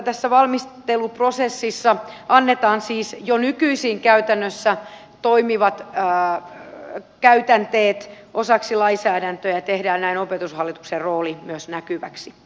tässä valmisteluprosessissa annetaan siis jo nykyisin käytännössä toimivat käytänteet osaksi lainsäädäntöä ja tehdään näin opetushallituksen rooli myös näkyväksi